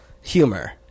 humor